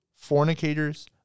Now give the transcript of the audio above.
fornicators